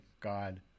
God